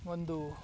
ಒಂದು